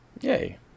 Yay